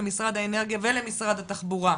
למשרד האנרגיה ולמשרד התחבורה,